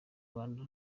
rwanda